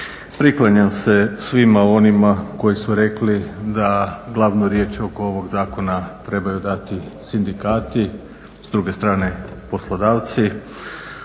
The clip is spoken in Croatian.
Priklanjam se svima onima koji su rekli da glavnu riječ oko ovoga zakona trebaju dati sindikati, s druge strane poslodavci